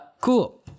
Cool